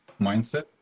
mindset